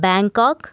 Bangkok